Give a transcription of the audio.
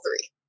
three